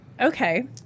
Okay